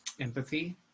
empathy